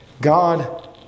God